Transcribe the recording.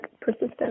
persistence